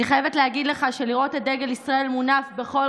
אני חייבת להגיד לך שלראות את דגל ישראל מונף בכל